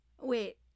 Wait